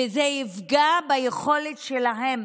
וזה יפגע ביכולת שלהם